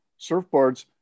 surfboards